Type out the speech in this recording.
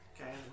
okay